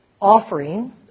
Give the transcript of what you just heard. offering